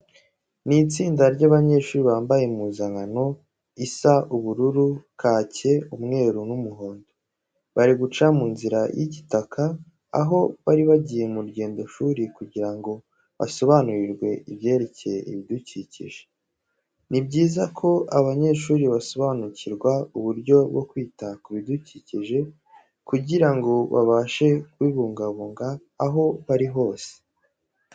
Ni itsinda ry'abanyeshuri bambaye impuzankano is ubururu, kake, umweru n'umuhondo. Bari guca mu nzira y'igitaka, aho bari bagiye mu rugendoshuri kugira ngo basobanurirwe ibyerekeye ibidukikije. Ni byiza ko abanyeshuri basobanurirwa uburyo bwo kwita ku bidukikije kugira ngo babashe kubibungabunga aho bari hose.